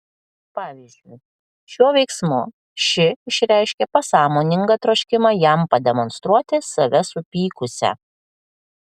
pavyzdžiui šiuo veiksmu ši išreiškė pasąmoningą troškimą jam pademonstruoti save supykusią